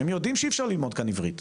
הם יודעים שאי אפשר ללמוד כאן עברית,